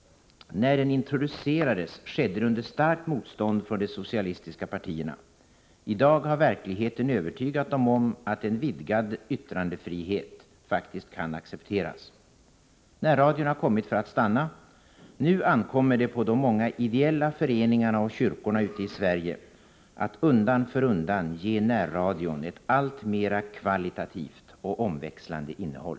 När den introducerades skedde det under starkt motstånd från de socialistiska partierna. I dag har verkligheten övertygat dessa partier om att en vidgad yttrandefrihet faktiskt kan accepteras. Närradion har kommit för att stanna. Nu ankommer det på de många ideella föreningarna och på kyrkorna ute i Sverige att undan för undan ge närradion ett alltmera kvalitativt och omväxlande innehåll.